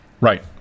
Right